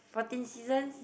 fourteen seasons